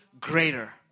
greater